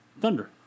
Thunder